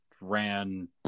ran